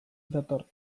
dator